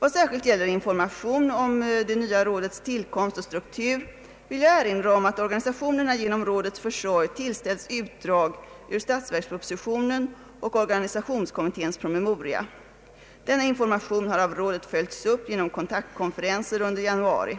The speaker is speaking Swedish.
Vad särskilt gäller information om det nya rådets tillkomst och struktur vill jag erinra om att organisationerna genom rådets försorg tillställts utdrag ur statsverkspropositionen och organisationskommitténs promemoria. Denna information har av rådet följts upp genom kontaktkonferenser under januari.